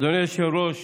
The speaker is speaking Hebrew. אדוני היושב-ראש,